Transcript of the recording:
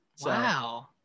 wow